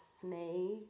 snake